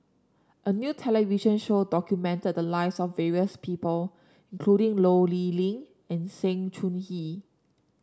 a new television show documented the lives of various people including Ho Lee Ling and Sng Choon Yee